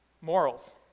morals